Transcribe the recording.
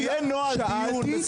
יהיה נוהל מסודר,